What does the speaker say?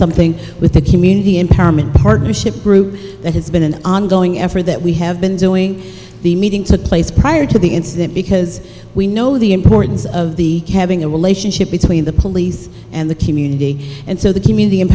something with the community empowerment partnership group that has been an ongoing effort that we have been doing the meeting took place prior to the incident because we know the importance of the having a relationship between the police and the community and so the